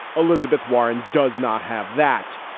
elizabeth warren does not have that.